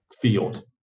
field